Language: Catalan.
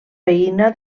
veïna